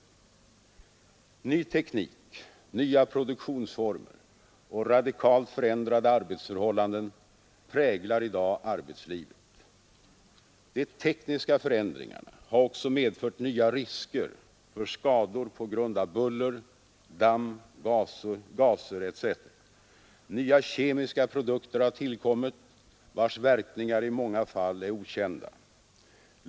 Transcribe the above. Ny teknik, nya produktionsformer, och radikalt förändrade arbetsförhållanden präglar i dag arbetslivet. De tekniska förändringarna har också medfört nya risker för skador på grund av buller, damm, gaser etc. Nya kemiska produkter har tillkommit, vars verkningar i många fall är okända.